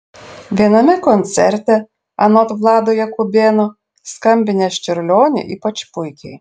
viename koncerte anot vlado jakubėno skambinęs čiurlionį ypač puikiai